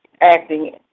acting